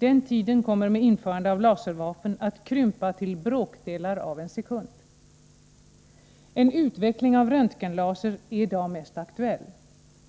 Den tiden kommer med införande av laservapen att krympa till bråkdelar av en sekund. En utveckling av röntgenlaser är i dag mest aktuell.